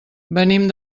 venim